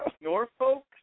Norfolk